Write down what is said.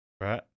right